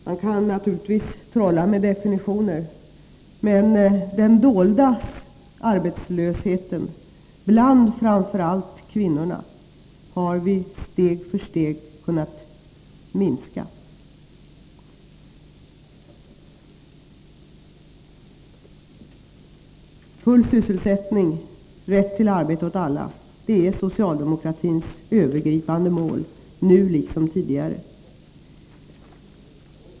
Man kan naturligtvis trolla med definitioner, men den dolda arbetslösheten, framför allt bland kvinnorna, har vi steg för steg kunnat minska. Full sysselsättning, rätt till arbete åt alla, är socialdemokratins övergripande mål, nu liksom tidigare.